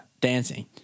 dancing